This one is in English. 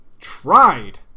tried